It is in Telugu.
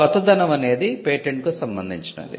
కొత్తదనం అనేది పేటెంట్కు సంబంధించినది